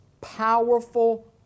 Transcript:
powerful